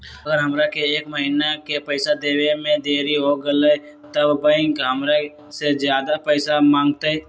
अगर हमरा से एक महीना के पैसा देवे में देरी होगलइ तब बैंक हमरा से ज्यादा पैसा मंगतइ?